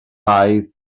baedd